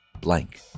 blank